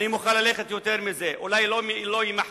אני מוכן ללכת יותר מזה, אולי לא יימחקו,